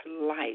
life